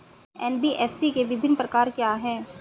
NBFC के विभिन्न प्रकार क्या हैं?